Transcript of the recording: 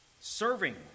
Serving